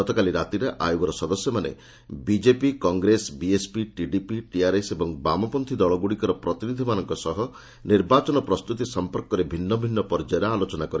ଗତକାଲି ରାତିରେ ଆୟୋଗର ସଦସ୍ୟମାନେ BJP Congress BSP TDP TRS ଓ ବାମପନ୍ଥୀ ଦଳଗୁଡ଼ିକର ପ୍ରତିନିଧିମାନଙ୍କ ସହ ନିର୍ବାଚନ ପ୍ରସ୍ତୁତି ସଫର୍କରେ ଭିନ୍ନ ଭିନ୍ନ ପର୍ଯ୍ୟାୟରେ ଆଲୋଚନା କରିଥିଲେ